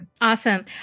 Awesome